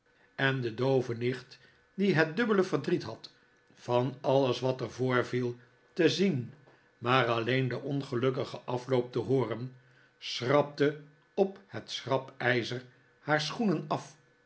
en de doove nicht die het dubbele verdriet had van alles wat er voorviel te zien maar alleen den ongelukkigen afloop te hooren schrapte op het schrapijzer haar schoenen af